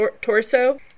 Torso